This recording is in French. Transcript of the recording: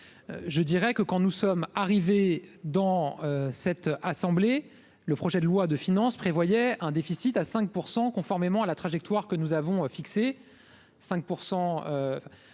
je dirais que quand nous sommes arrivés dans cette assemblée, le projet de loi de finances prévoyait un déficit à 5 % conformément à la trajectoire que nous avons fixé